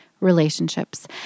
relationships